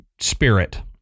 spirit